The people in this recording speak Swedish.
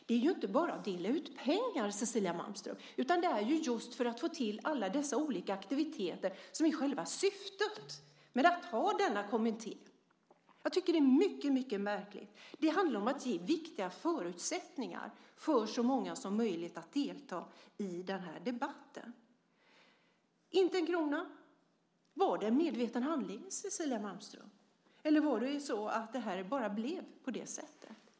Det är ju inte bara att dela ut pengar, Cecilia Malmström, utan det är just att få till alla dessa olika aktiviteter som är själva syftet med att ha denna kommitté. Jag tycker att det är mycket märkligt. Det handlar om att ge viktiga förutsättningar för så många som möjligt att delta i den här debatten. Inte en krona - var det en medveten handling, Cecilia Malmström, eller blev det bara på det här sättet?